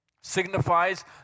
signifies